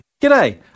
G'day